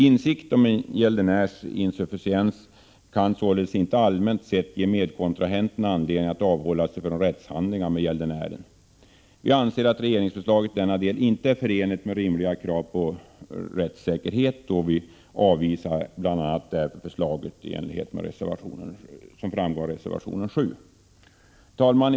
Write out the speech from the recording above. Insikt om en gäldenärs insufficiens kan således inte allmänt sett ge medkontrahenten anledning att avhålla sig från rättshandlingar med gäldenären. Vi anser att regeringsförslaget i denna del inte är förenligt med rimliga krav på rättssäkerhet och avvisar det, som framgår av reservation 7. Herr talman!